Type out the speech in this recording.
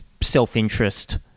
Self-interest